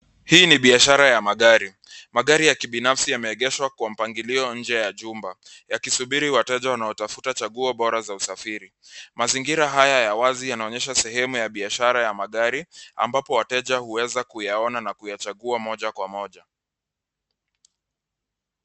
Hii ni biashara ya magari, magari ya kibinafsi yameegeshwa kwa mpangilio nje ya jumba yakisubiri wateja wanaotafuta chaguo bora za usafiri ,mazingira haya ya wazi yanaonyesha sehemu ya biashara ya magari ambapo wateja huweza kuyaona na kuyachagua moja kwa moja.